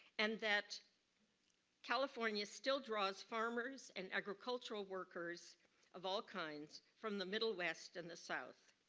and that california still draws farmers and agriculture workers of all kinds from the middle west and the south.